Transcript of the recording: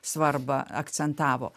svarbą akcentavo